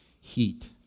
heat